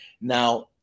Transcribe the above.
Now